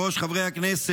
היושב-ראש, חברי הכנסת,